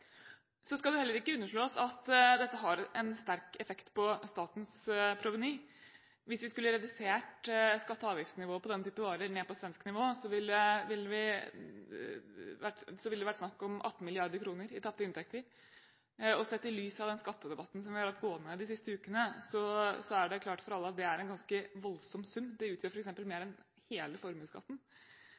Så skal det heller ikke underslås at dette har en sterk effekt på statens proveny. Hvis vi skulle redusert skatte- og avgiftsnivået på den typen varer ned til svensk nivå, ville det vært snakk om 18 mrd. kr i tapte inntekter. Sett i lys av den skattedebatten vi har hatt gående de siste ukene, er det klart for alle at det er en ganske voldsom sum. Det utgjør f.eks. mer enn hele formuesskatten.